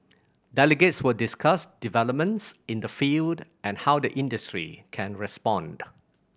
delegates will discuss developments in the field and how the industry can respond